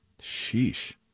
sheesh